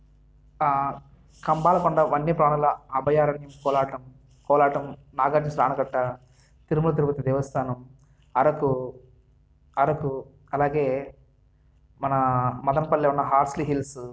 కంబాల కొండ వన్యప్రాణుల అభయ అరణ్యం కోలాటం కోలాటం నాగార్జున స్థానకర్త తిరుమల తిరుపతి దేవస్థానం అరకు అరకు అలాగే మన మదనపల్లిలో ఉన్న హార్స్లీ హిల్స్